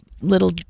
little